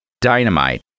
dynamite